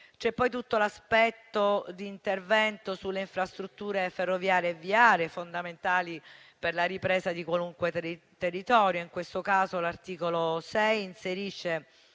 C'è poi tutto l'aspetto di intervento sulle infrastrutture ferroviarie e viarie, fondamentali per la ripresa di qualunque territorio. In questo caso, l'articolo 6 inserisce